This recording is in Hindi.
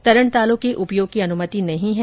तरणतालों के उपयोग की अनुमति नहीं है